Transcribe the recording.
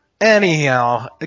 Anyhow